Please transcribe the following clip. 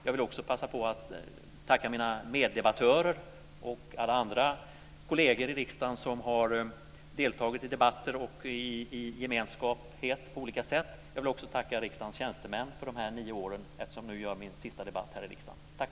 Jag vill också passa på att tacka min meddebattörer och alla andra kolleger i riksdagen som har deltagit i debatter och i gemenskap på olika sätt. Jag vill också tacka riksdagens tjänstemän för de här nio åren, eftersom jag nu har min sista debatt här i riksdagen. Tack!